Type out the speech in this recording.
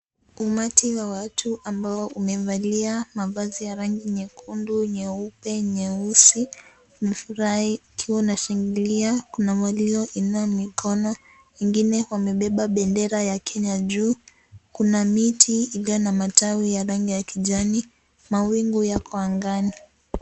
Umati wa watu ambao umevalia mavazi ya rangi nyekundu, nyeupe, nyeusi imefurahi ikiwa inashangilia kuna walio inua mikono ingine wamebeba bendera ya Kenya juu kuna miti ilio na matawi ya rangi ya kijani mawingu yako angani.